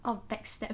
oh backstab